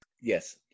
Yes